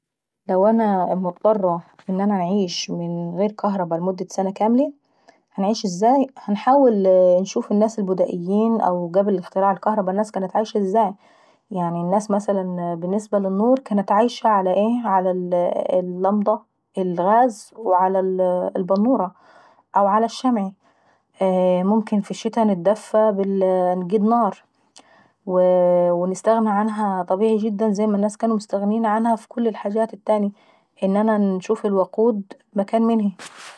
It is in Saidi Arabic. لو انا مضطرة ان انا نعيش من غير كهربا لمدة سنة كاملي؟ هنحاول انشوف الناس البدائيين او الناس قبل اختراع الكهربا كانت عايشة ازاي. يعني الناس مثلا بالنسب للنور كانت عايشة على اللمضة الغاز وعلى البنورة أو على الشمعة. ممكن في الشتي انقيد نار ونتدفى، ونستغنى عنها طبيعي جدا زي ما كانوا مستغنيين عنها في الحاجات التانيي، ان انا انشوف الوقود مكان منهي.